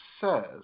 says